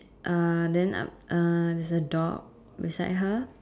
uh then uh uh there's a dog beside her